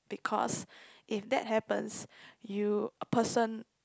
because if that happens you a person